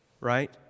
right